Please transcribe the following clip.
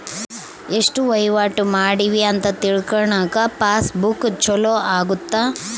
ಎಸ್ಟ ವಹಿವಾಟ ಮಾಡಿವಿ ಅಂತ ತಿಳ್ಕನಾಕ ಪಾಸ್ ಬುಕ್ ಚೊಲೊ ಅಗುತ್ತ